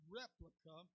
replica